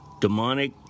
Demonic